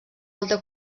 alta